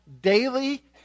daily